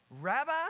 Rabbi